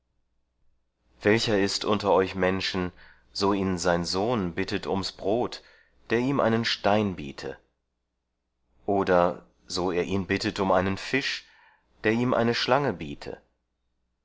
welcher ist unter euch menschen so ihn sein sohn bittet ums brot der ihm einen stein biete oder so er ihn bittet um einen fisch der ihm eine schlange biete